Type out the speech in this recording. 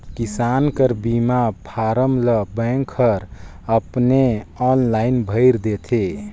किसान कर बीमा फारम ल बेंक हर अपने आनलाईन भइर देथे